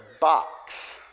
box